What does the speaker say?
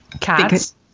Cats